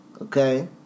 Okay